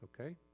okay